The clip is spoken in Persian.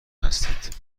هستید